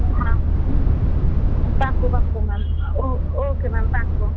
હા પાક્કું પાક્કું મૅમ ઓ ઓકે મૅમ પાક્કું